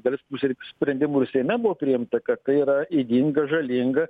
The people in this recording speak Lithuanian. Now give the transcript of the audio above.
dalis sprendimųir seime buvo priimta kad tai yra ydinga žalinga